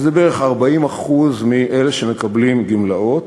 בערך 40% מאלה שמקבלים גמלאות,